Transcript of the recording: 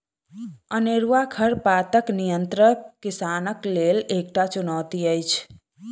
अनेरूआ खरपातक नियंत्रण किसानक लेल एकटा चुनौती अछि